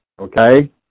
Okay